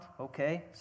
Okay